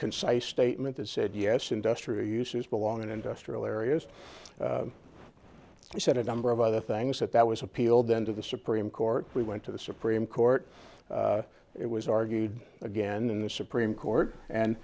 concise statement that said yes industrial uses belong in industrial areas he said a number of other things that that was appealed then to the supreme court we went to the supreme court it was argued again in the supreme court and